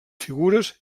figures